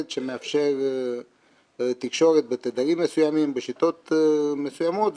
שמאפשר תקשורת בתדרים מסוימים בשיטות מסוימות,